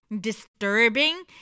disturbing